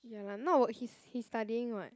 ya lah not work he's he's studying [what]